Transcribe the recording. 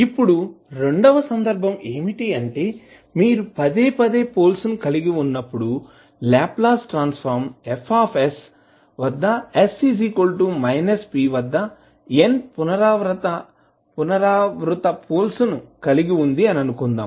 ఇప్పుడు రెండవ సందర్భం ఏమిటంటే మీరు పదే పదే పోల్స్ ను కలిగి ఉన్నప్పుడు Laplace transform Fs s −p వద్ద n పునరావృత పోల్స్ ను కలిగి ఉంది అని అనుకుందాం